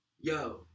yo